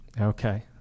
Okay